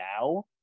now